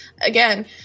again